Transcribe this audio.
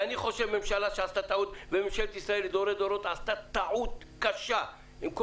ואני חושב שממשלת ישראל לדורי דורות עשתה טעות קשה עם כל